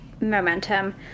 momentum